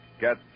get